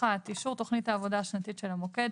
אישור תכנית העבודה השנתית של המוקד,